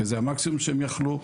כי זה המקסימום שהם יכלו.